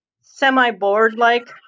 semi-board-like